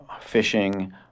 fishing